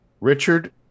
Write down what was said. Richard